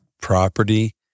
property